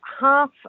half